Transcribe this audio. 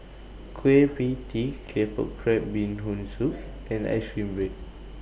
Kueh PIE Tee Claypot Crab Bee Hoon Soup and Ice Cream Bread